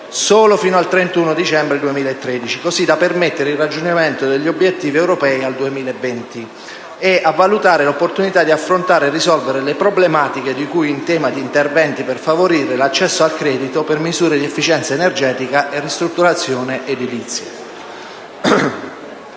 solo fino al 31 dicembre 2013, così da permettere il raggiungimento degli obiettivi europei al 2020, e a valutare l'opportunità di affrontare e risolvere le problematiche di cui in tema attraverso interventi diretti a favorire l'accesso al credito per misure di efficienza energetica e ristrutturazione edilizia.